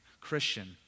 Christian